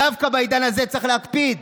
דווקא בעידן הזה צריך להקפיד.